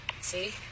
See